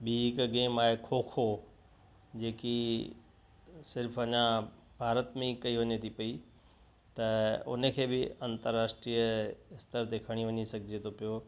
ॿी हिकु गेम आहे खो खो जेकी सिर्फ़ु अञा भारत में ई कई वञे थी पई त उन खे बि अंतरराष्ट्रीय स्तर ते खणी वञी सघिजे थो पियो